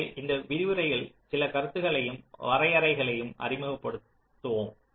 எனவே இந்த விரிவுரையில் சில கருத்துகளையும் வரையறைகளையும் அறிமுகப்படுத்துவோம்